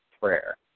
prayer